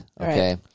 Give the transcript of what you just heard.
okay